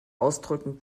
ausdrücken